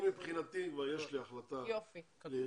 מבחינתי יש לי כבר החלטה לאשר,